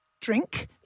drink